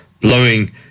Blowing